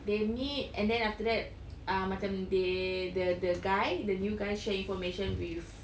they meet and then after that err macam they the the guy the new guy share information with